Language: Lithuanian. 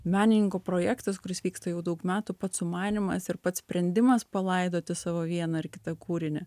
menininkų projektas kuris vyksta jau daug metų pats sumanymas ir pats sprendimas palaidoti savo vieną ar kitą kūrinį